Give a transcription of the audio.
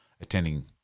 attending